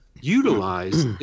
utilize